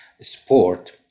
sport